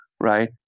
Right